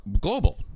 global